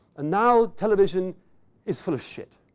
and now, television is full of shit,